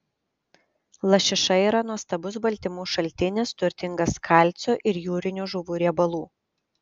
lašiša yra nuostabus baltymų šaltinis turtingas kalcio ir jūrinių žuvų riebalų